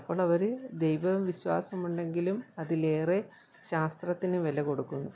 അപ്പോളവർ ദൈവവിശ്വാസമുണ്ടെങ്കിലും അതിലേറെ ശാസ്ത്രത്തിന് വില കൊടുക്കുന്നു